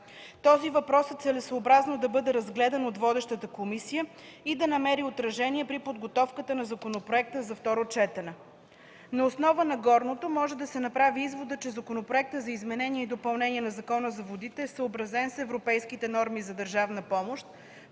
Този въпрос е целесъобразно за бъде разгледан от водещата комисия и да намери отражение при подготовката на законопроекта за второ четене. На основа на горното може да се направи изводът, че Законопроектът за изменение и допълнение на Закона за водите е съобразен с европейските норми за държавна помощ